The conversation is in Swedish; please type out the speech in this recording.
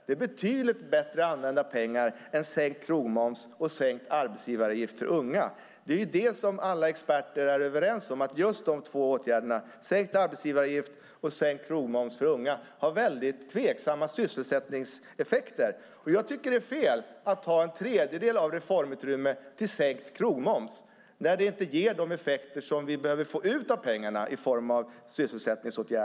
Det är betydligt bättre använda pengar än sänkt krogmoms och sänkt arbetsgivaravgift för unga. Alla experter är överens om att det är tveksamt vilken effekt sänkt arbetsgivaravgift för unga och sänkt krogmoms har på sysselsättningen. Jag tycker att det är fel att använda en tredjedel av reformutrymmet till sänkt krogmoms när det inte ger de effekter som vi behöver få av pengarna i form av sysselsättning.